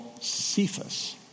Cephas